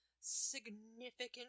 significant